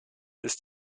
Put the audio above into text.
ist